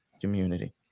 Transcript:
community